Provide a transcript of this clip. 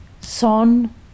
Son